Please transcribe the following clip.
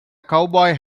cowboy